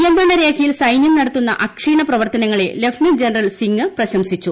നിയന്ത്രണരേഖയിൽ സൈന്യം നടത്തുന്ന അക്ഷീണ പ്രവർത്തനങ്ങളെ ലഫ്റ്റനന്റ് ജനറൽ സിംഗ് പ്രശംസിച്ചു